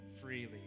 freely